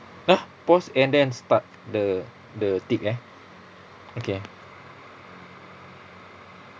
!huh! pause and then start the the tick eh okay